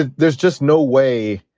and there's just no way.